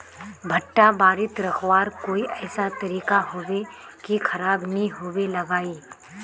भुट्टा बारित रखवार कोई ऐसा तरीका होबे की खराब नि होबे लगाई?